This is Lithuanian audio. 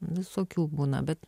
visokių būna bet